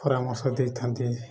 ପରାମର୍ଶ ଦେଇଥାନ୍ତି